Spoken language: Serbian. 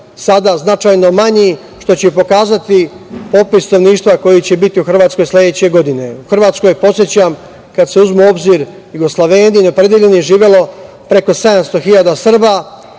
sada značajno manji, što će pokazati popis stanovništva koji će biti u Hrvatskoj sledeće godine. U Hrvatskoj, podsećam, kada se uzmu u obzir Jugosloveni, neopredeljeni, je živelo preko 700 hiljada Srba.